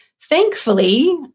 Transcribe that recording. Thankfully